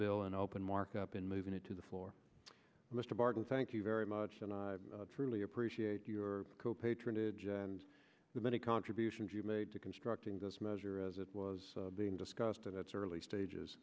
bill and open mark up and moving it to the floor mr barton thank you very much and i truly appreciate your call patronage and the many contributions you made to constructing this measure as it was being discussed at its early stages